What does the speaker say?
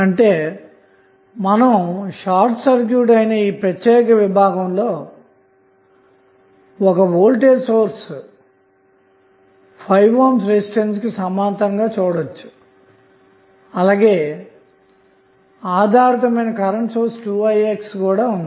అంటే మీరు short circuit అయిన ఈ ప్రత్యేక విభాగంలో ఒక వోల్టేజ్ సోర్స్ 5 ohm రెసిస్టెన్స్ కు సమాంతరంగా చూడచ్చు అలాగే ఆధారితమైన కరెంటు సోర్స్ 2ix కూడా కలదు